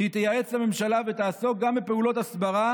שהיא תייעץ לממשלה ותעסוק גם בפעולות הסברה